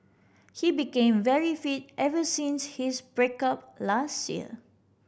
he became very fit ever since his break up last year